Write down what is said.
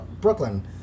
Brooklyn